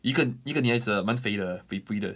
一个一个女孩子 ah 蛮肥的 pui pui 的